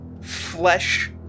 flesh